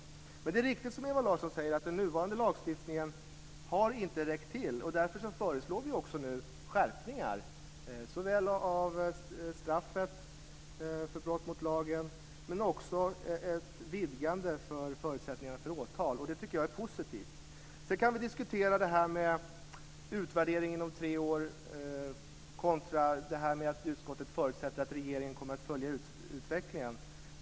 Det är riktigt, som Ewa Larsson säger, att den nuvarande lagstiftningen inte har räckt till. Därför föreslår vi nu skärpningar av straffet för brott mot lagen och ett vidgande av förutsättningarna för åtal. Jag tycker att det är positivt. Vi kan diskutera frågan om utvärdering inom tre år kontra att utskottet förutsätter att regeringen kommer att följa utvecklingen.